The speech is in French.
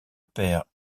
père